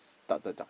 dot dot dot